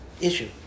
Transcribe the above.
issue